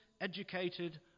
educated